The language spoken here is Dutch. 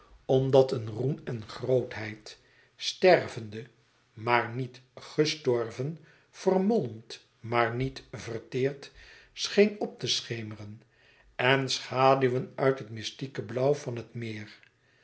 omdat een roem en grootheid stervende maar niet gestorven vermolmd maar niet verteerd scheen op te schemeren en schaduwen uit het mystieke blauw van het meer